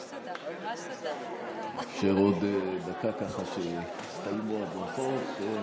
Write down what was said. נאפשר עוד דקה ככה, שיסתיימו הברכות.